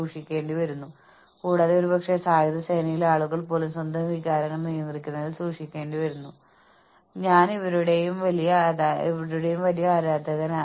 സിസ്റ്റത്തിൽ നിന്ന് കൂടുതൽ പുറത്തെടുക്കാൻ വേണ്ടിയുള്ള അനീതിപരമായ പെരുമാറ്റങ്ങൾ സഹകരണ മനോഭാവത്തെ പ്രതികൂലമായി ബാധിക്കുന്നു